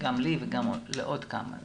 גם לי וגם לעוד כמה.